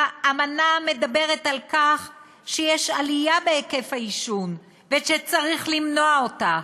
האמנה מדברת על כך שיש עלייה בהיקף העישון ושצריך למנוע אותה,